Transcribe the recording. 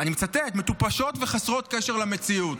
אני מצטט, "מטופשות וחסרות קשר למציאות".